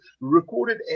recorded